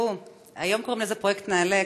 היום קוראים לזה פרויקט נעל"ה.